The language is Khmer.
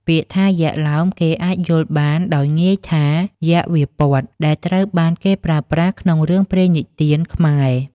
ពាក្យថា "យក្ខឡោម" គេអាចយល់បានដោយងាយថា "យក្ខវាព័ទ្ធ" ដែលត្រូវបានគេប្រើប្រាស់ក្នុងរឿងព្រេងនិទានខ្មែរ។